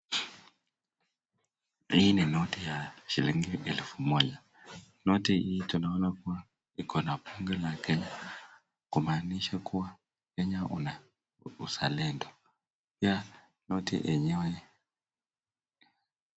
Hii ni noti ya shilingi elfu moja noti hii tunona kuna banki kumaanisha kuwa Kenya kuna uzalendo Kwa noti enyewe.